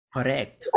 Correct